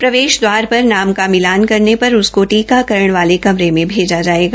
प्रवेश दवार दवार पर मिलान करने पर उसको टीकाकरण वाले कमरे में भेजा जायेगा